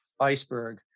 iceberg